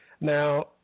Now